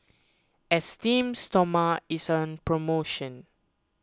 Esteem Stoma is on promotion